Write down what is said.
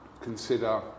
consider